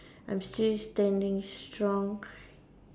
I'm still standing strong